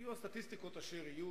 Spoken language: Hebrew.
יהיו הסטטיסטיקות אשר יהיו,